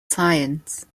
science